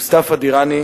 מוסטפא דיראני,